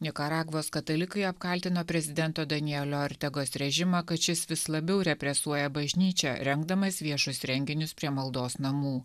nikaragvos katalikai apkaltino prezidento danielio ortegos režimą kad šis vis labiau represuoja bažnyčią rengdamas viešus renginius prie maldos namų